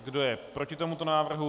Kdo je proti tomuto návrhu?